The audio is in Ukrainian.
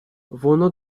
воно